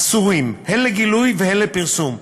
אסורים הן לגילוי והן לפרסום,